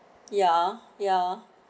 ya ya